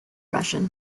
russian